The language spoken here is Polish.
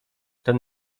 ten